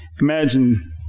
Imagine